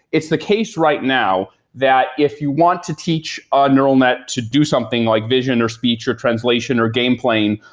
it's the case right now that if you want to teach a neural net to do something like vision, or speech, or translation, or game playing,